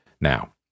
Now